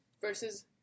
versus